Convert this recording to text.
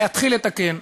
להתחיל לתקן.